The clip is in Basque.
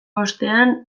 ostean